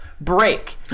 break